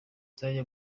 nzajya